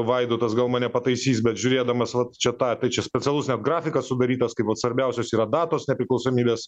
vaidotas gal mane pataisys bet žiūrėdamas vat čia tą tai čia specialus net grafikas sudarytas kai vat svarbiausios yra datos nepriklausomybės